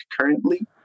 currently